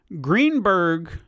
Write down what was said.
Greenberg